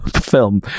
film